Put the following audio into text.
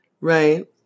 right